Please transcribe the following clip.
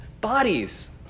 bodies